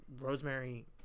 Rosemary